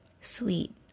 sweet